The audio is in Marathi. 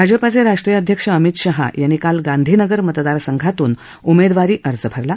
भाजपा अध्यक्ष अमित शहा यांनी काल गांधीनगर मतदारसंघातून उमेदवारी अर्ज भरला